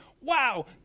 Wow